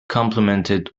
complimented